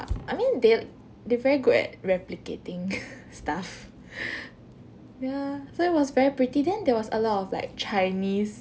I mean they they're very good at replicating stuff ya so it was very pretty then there was a lot of like chinese